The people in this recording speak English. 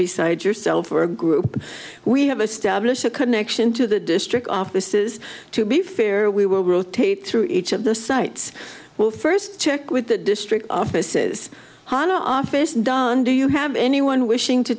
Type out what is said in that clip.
besides yourself or group we have established a connection to the district offices to be fair we will rotate through each of the sites will first check with the district offices on our office don do you have anyone wishing to